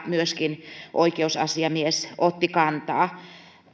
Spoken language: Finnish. myöskin oikeusasiamies otti kantaa